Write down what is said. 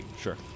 Sure